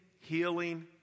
healing